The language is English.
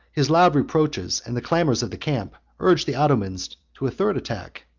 his loud reproaches, and the clamors of the camp, urged the ottomans to a third attack,